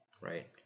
right